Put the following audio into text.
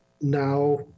now